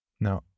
Now